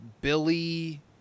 Billy